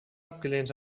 abgelehnt